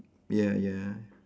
ya ya